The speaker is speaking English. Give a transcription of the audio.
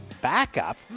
backup